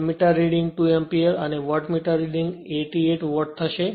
ammeter reading 2 એમ્પીયરઅને wattmeter reading 88 watt થશે